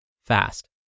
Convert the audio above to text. fast